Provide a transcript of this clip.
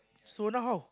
so now how